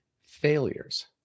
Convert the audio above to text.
failures